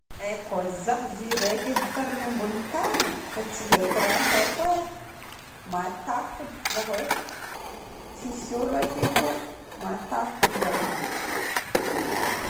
Haiko za zio raiky edy farany ambonin'ny tany fa tsy haiko raha ataoko e. Matahotra boko zaho e. Tsisy olo akeky e. Matahotra zaho.